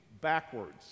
backwards